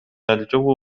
الجو